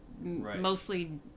Mostly